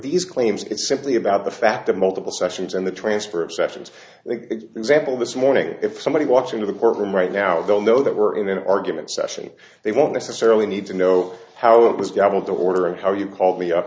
these claims it's simply about the fact the multiple sessions and the transfer of sessions example this morning if somebody walks into the courtroom right now they'll know that we're in an argument session they won't necessarily need to know how it was gavel to order and how you called me up